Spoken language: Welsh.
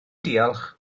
diolch